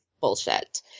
bullshit